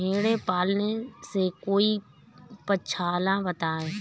भेड़े पालने से कोई पक्षाला बताएं?